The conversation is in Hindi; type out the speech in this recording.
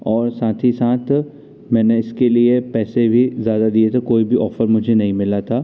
और साथ ही साथ मैंने इसके लिए पैसे भी ज़्यादा दिए थे कोई भी ऑफ़र मुझे नहीं मिला था